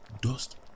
dust